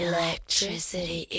Electricity